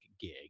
gig